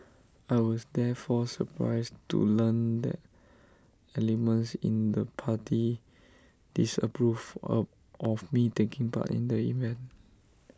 I was therefore surprised to learn that elements in the party disapproved of of me taking part in the event